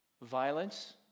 violence